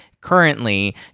currently